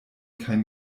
kein